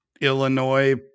Illinois